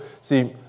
See